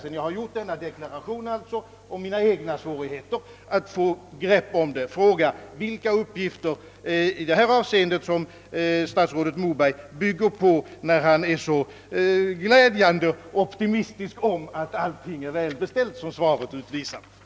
Sedan jag gjort denna deklaration om mina egna svårigheter att få grepp om förhållandena vill jag ställa denna fråga: Vilka uppgifter bygger statsrådet Moberg på, när statsrådet är så glädjande optimistisk i sin tro att allt är så väl beställt, som svaret tyder på?